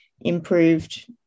improved